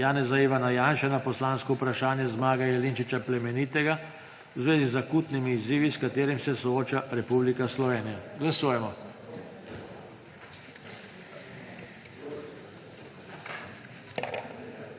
Janeza (Ivana) Janše na poslansko vprašanje Zmaga Jelinčiča Plemenitega v zvezi z akutnimi izzivi, s katerimi se sooča Republika Slovenija. Glasujemo.